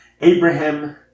Abraham